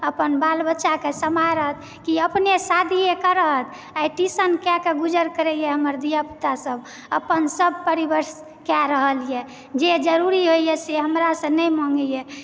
अपन बाल बच्चाके सम्हारत कि अपने शादीए करत आइ ट्यूशन कएके गुजर करैए हमर धियापुतासभ अपन सभ परिवरिश कए रहलए जे जरूरी होइए से हमरासँ नहि मँगेए